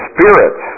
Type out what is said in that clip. Spirit